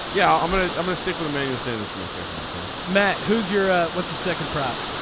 yeah. i'm gonna i'm gonna stick with the manual sanders from a second one show matt. who's your. what's your second prop.